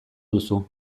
duzu